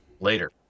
later